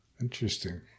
Interesting